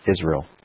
Israel